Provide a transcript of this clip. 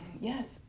Yes